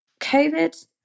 Covid